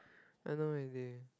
I know already